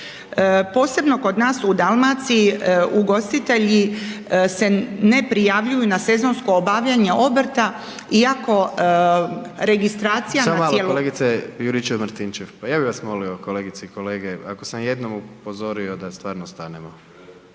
Posebno kod nas u Dalmaciji ugostitelji se ne prijavljuju na sezonsko obavljanje obrta iako registracijama.